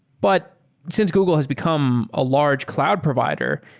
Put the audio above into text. but since google has become a large cloud provider,